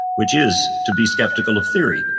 which is to be skeptical of theory.